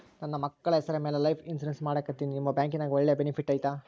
ನನ್ನ ಮಕ್ಕಳ ಹೆಸರ ಮ್ಯಾಲೆ ಲೈಫ್ ಇನ್ಸೂರೆನ್ಸ್ ಮಾಡತೇನಿ ನಿಮ್ಮ ಬ್ಯಾಂಕಿನ್ಯಾಗ ಒಳ್ಳೆ ಬೆನಿಫಿಟ್ ಐತಾ?